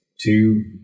Two